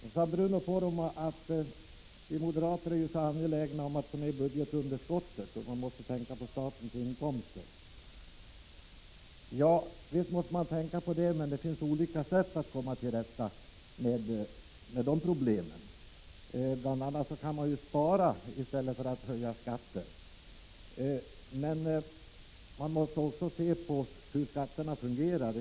Så sade Bruno Poromaa att moderaterna ju är så angelägna om att få ner budgetunderskottet och att man måste tänka på statens inkomster. Visst 51 måste man tänka på det, men det finns olika sätt att komma till rätta med de problemen. BI. a. kan man ju spara i stället för att höja skatter. Man måste också se på hur skatterna fungerar.